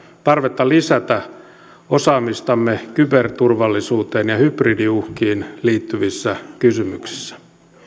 tarvetta lisätä osaamistamme kyberturvallisuuteen ja hybridiuhkiin liittyvissä kysymyksissä